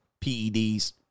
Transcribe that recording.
PEDs